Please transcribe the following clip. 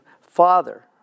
Father